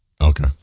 okay